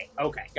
okay